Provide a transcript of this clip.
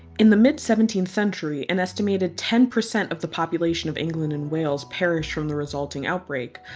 in the mid seventeenth century an estimated ten percent of the population of england and wales perished from the resulting outbreak,